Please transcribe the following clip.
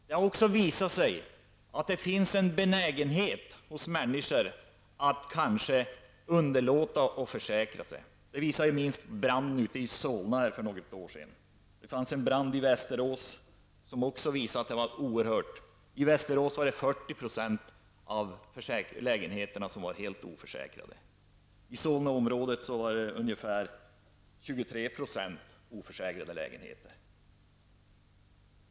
Det har också visat sig att det finns en benägenhet hos människor att underlåta att försäkra sig. Det visade sig inte minst vid en brand i Solna för några år sedan. I samband med en brand i Västerås visade det sig att 40 % av lägenheterna var helt oförsäkrade. I Solna var ungefär 23 % av lägenheterna oförsäkrade.